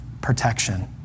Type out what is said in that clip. protection